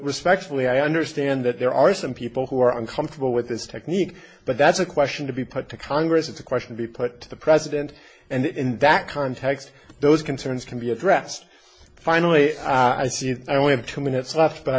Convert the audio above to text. respectfully i understand that there are some people who are uncomfortable with this technique but that's a question to be put to congress and the question be put to the president and in that context those concerns can be addressed finally i see i want two minutes left but i